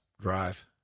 drive